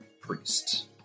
priests